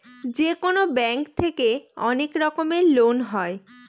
যেকোনো ব্যাঙ্ক থেকে অনেক রকমের লোন হয়